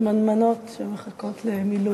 שמנמנות שמחכות למילוי.